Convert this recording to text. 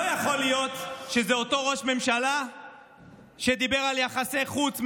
לא יכול להיות שזה אותו ראש ממשלה שדיבר על יחסי חוץ,